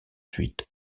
suite